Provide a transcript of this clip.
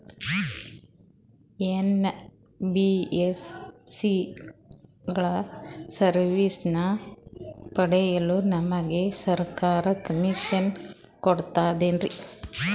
NBSC ಗಳ ಸರ್ವಿಸನ್ನ ಪಡಿಯಲು ನಮಗೆ ಸರ್ಕಾರ ಪರ್ಮಿಷನ್ ಕೊಡ್ತಾತೇನ್ರೀ?